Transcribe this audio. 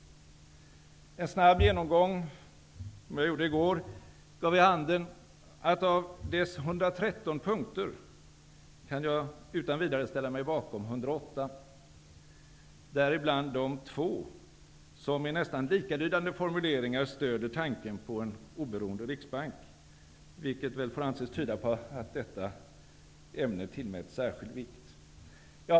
En snabb genomgång som jag gjorde i går gav vid handen att jag utan vidare kan ställa mig bakom 108 av utredningens 113 punkter -- däribland de två som med nästan likalydande formuleringar stöder tanken på en oberoende riksbank, vilket väl får anses tyda på att detta ämne tillmäts särskild vikt.